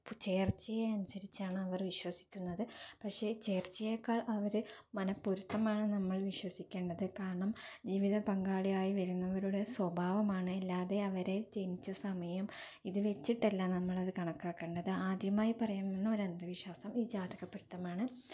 ചേർച്ചയെ അനുസരിച്ചാണ് അവർ വിശ്വസിക്കുന്നത് പക്ഷേ ചേർച്ചയേക്കാൾ അവര് മനപ്പൊരുത്തമാണ് നമ്മൾ വിശ്വസിക്കേണ്ടത് കാരണം ജീവിത പങ്കാളി ആയി വരുന്നവരുടെ സ്വഭാവമാണ് അല്ലാതെ അവരെ ജനിച്ച സമയം ഇത് വച്ചിട്ടല്ല നമ്മളത് കണക്കാക്കണ്ടത് ആദ്യമായി പറയുന്നൊരു അന്ധവിശ്വാസം ഈ ജാതകപ്പൊരുത്തമാണ്